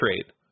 trade